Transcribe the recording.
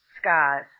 skies